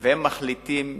והם מחליטים